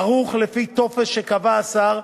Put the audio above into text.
ערוך לפי טופס שקבע השר,